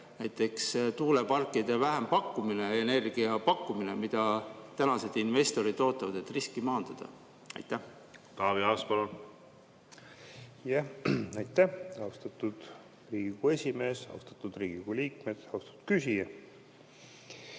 näiteks tuuleparkide vähempakkumine, energiapakkumine, mida tänased investorid ootavad, et riski maandada. Taavi Aas, palun! Aitäh, austatud Riigikogu esimees! Austatud Riigikogu liikmed! Austatud küsija!